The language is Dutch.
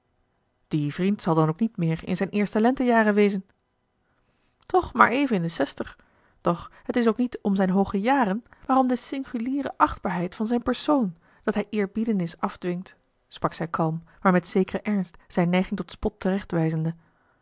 die vriend zal dan ook niet meer in zijne eerste lentejaren wezen toch maar even in de zestig doch het is ook niet om zijn hooge jaren maar om de singuliere achtbaarheid van zijn persoon dat hij eerbiedenis afdwingt sprak zij kalm maar met zekeren ernst zijne neiging tot spot